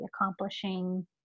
accomplishing